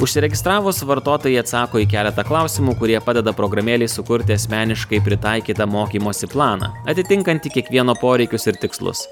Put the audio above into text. užsiregistravus vartotojai atsako į keletą klausimų kurie padeda programėlei sukurti asmeniškai pritaikytą mokymosi planą atitinkantį kiekvieno poreikius ir tikslus